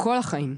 כל החיים.